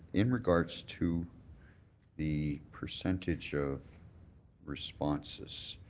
in regards to the percentage of responses,